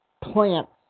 plants